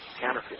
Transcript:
counterfeit